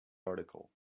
article